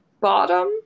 bottom